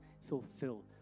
fulfill